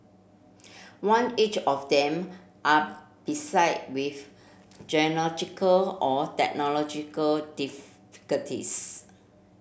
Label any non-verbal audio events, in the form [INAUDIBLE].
one each of them are beset with geological or technological [UNINTELLIGIBLE]